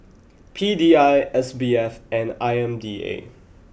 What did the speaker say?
P D I S B F and I M D A